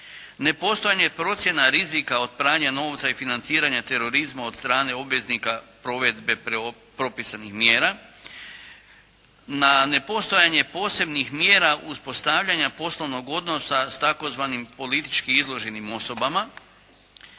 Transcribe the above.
nepostojanja procjena rizika od pranja novca i financiranja terorizma od strane obveznika provedbe propisanih mjera. Na nepostojanje posebnih mjera uspostavljanja poslovnog odnosa s tzv. politički izloženim osobama